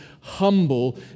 humble